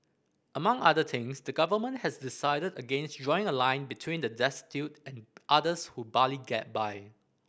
among other things the Government has decided against drawing a line between the destitute and others who barely get by